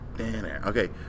Okay